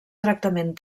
tractament